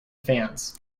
fans